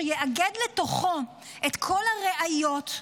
שתאגד לתוכה את כל הראיות,